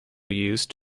used